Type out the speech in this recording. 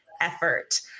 effort